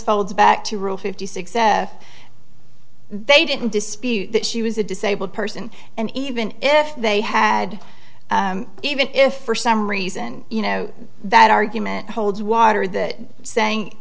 folds back to rule fifty six they didn't dispute that she was a disabled person and even if they had even if for some reason you know that argument holds water that saying